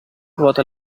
ruota